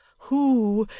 who,